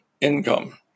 income